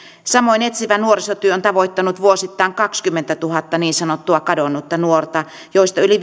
samoin etsivä nuorisotyö on tavoittanut vuosittain kahdenkymmenentuhannen niin sanottua kadonnutta nuorta joista yli